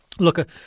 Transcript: Look